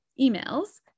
emails